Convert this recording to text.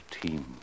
team